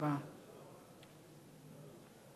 ההצעה להעביר את